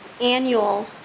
annual